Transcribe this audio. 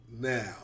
now